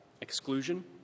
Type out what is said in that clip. exclusion